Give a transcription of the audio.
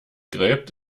gräbt